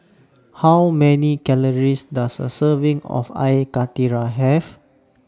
How Many Calories Does A Serving of Air Karthira Have